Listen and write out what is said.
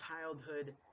childhood